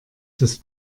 das